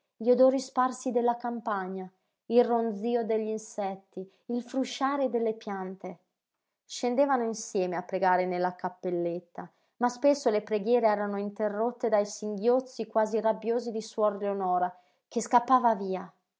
gli odori sparsi della campagna il ronzío degli insetti il frusciare delle piante scendevano insieme a pregare nella cappelletta ma spesso le preghiere erano interrotte dai singhiozzi quasi rabbiosi di suor leonora che scappava via